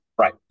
Right